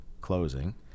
closing